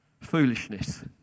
foolishness